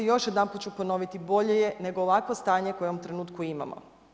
Još jedanput ću ponoviti, bolje je nego ovakvo stanje koje u ovom trenutku imamo.